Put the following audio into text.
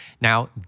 Now